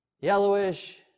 yellowish